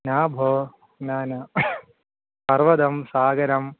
न भो न न पर्वतं सागरम्